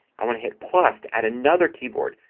i want to hit plus to add another keyboard.